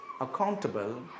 accountable